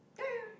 yeah yeah yeah